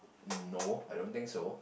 uh no I don't think so